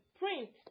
print